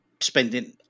spending